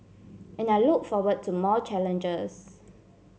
and I look forward to more challenges